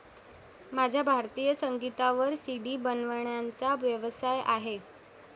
माझा भारतीय संगीतावर सी.डी बनवण्याचा व्यवसाय आहे